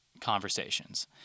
conversations